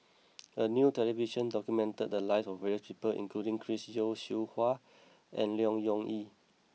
a new television documented the lives of various people including Chris Yeo Siew Hua and Leong Yee Soo